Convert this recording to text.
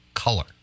Color